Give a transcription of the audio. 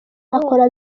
akora